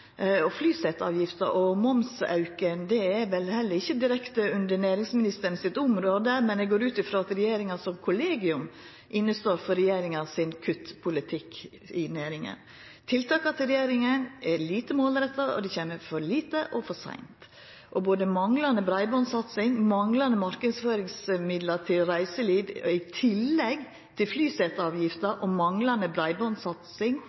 Flyseteavgifta og momsauken er vel heller ikkje direkte under næringsministeren sitt område, men eg går ut frå at regjeringa som kollegium står inne for regjeringa sin kuttpolitikk i næringa. Tiltaka til regjeringa er lite målretta, og det kjem for lite og for seint. Manglande breibandsatsing, manglande marknadsføringsmidlar til reiseliv i tillegg til